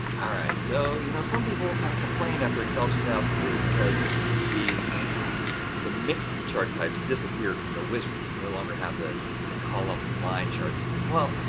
all right! so, you know, some people kind of complain after excel two thousand and three because the the mixed chart types disappeared from the wizard you no longer have the the column line charts. well,